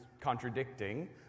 contradicting